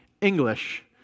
English